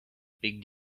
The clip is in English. big